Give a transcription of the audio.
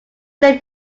late